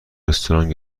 رستوران